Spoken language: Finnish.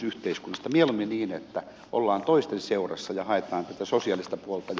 mieluummin niin että ollaan toisten seurassa ja haetaan tätä sosiaalista puolta